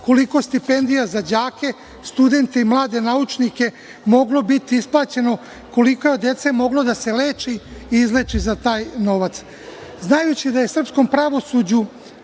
koliko stipendija za đake, studente i mlade naučnike moglo biti isplaćeno, koliko je dece moglo da se leči i izleči za taj novac. Znajući da je srpskom pravosuđu